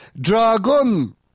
Dragon